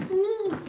me,